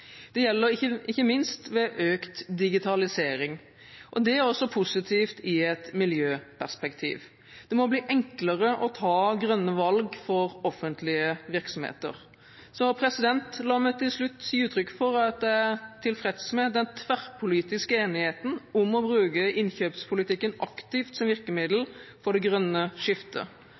Det gjelder ikke minst ved økt digitalisering, og dét er også positivt i et miljøperspektiv. Det må bli enklere å ta grønne valg for offentlige virksomheter. Så la meg til slutt gi uttrykk for at jeg er tilfreds med den tverrpolitiske enigheten om å bruke innkjøpspolitikken aktivt som virkemiddel for det grønne skiftet.